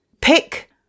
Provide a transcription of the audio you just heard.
pick